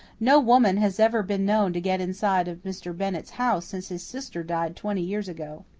no woman has ever been known to get inside of mr. bennett's house since his sister died twenty years ago.